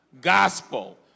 gospel